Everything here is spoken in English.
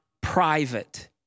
private